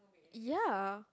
ya